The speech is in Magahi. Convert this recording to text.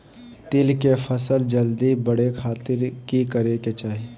तिल के फसल जल्दी बड़े खातिर की करे के चाही?